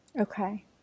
Okay